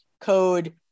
Code